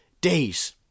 days